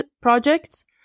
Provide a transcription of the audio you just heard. projects